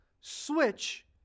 switch